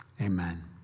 amen